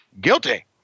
guilty